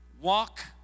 walk